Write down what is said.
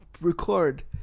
record